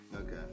Okay